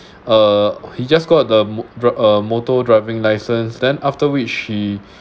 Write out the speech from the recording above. uh he just got the mo~ a motor driving license then after which she